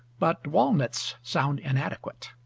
but walnuts sound inadequate.